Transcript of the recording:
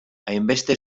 hainbeste